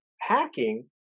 hacking